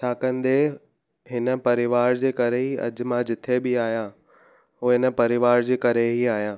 छा कंदे हिन परिवार जे करे ई अॼु मां जिथे बि आहियां हो हिन परिवार जे करे ई आहियां